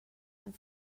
amb